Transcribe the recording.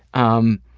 um,